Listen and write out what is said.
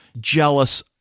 jealous